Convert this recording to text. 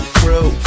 crew